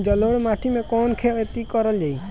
जलोढ़ माटी में कवन खेती करल जाई?